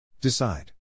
Decide